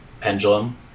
pendulum